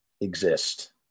exist